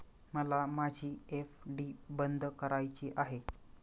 मला माझी एफ.डी बंद करायची आहे